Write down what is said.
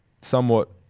somewhat